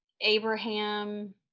Abraham